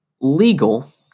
legal